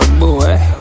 boy